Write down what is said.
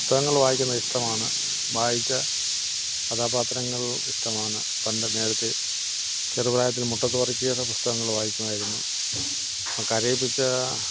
പുസ്തകങ്ങൾ വായിക്കുന്നത് ഇഷ്ടമാണ് വായിച്ച കഥാപാത്രങ്ങൾ ഇഷ്ടമാണ് പണ്ട് നേരത്തെ ചെറുപ്രായത്തിൽ മുട്ടത്ത് വർക്കിയുടെ പുസ്തകങ്ങൾ വായിക്കുമായിരുന്നു കരയിപ്പിച്ച